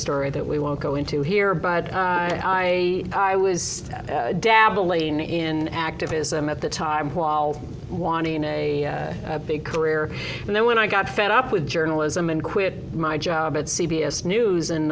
story that we won't go into here but i was dabbling in activism at the time while wanting a big career and then when i got fed up with journalism and quit my job at c b s news in